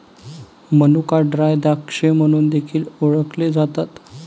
मनुका ड्राय द्राक्षे म्हणून देखील ओळखले जातात